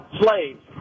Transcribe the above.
slaves